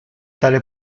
tale